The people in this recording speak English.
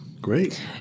Great